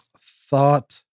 thought